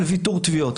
על וויתור תביעות.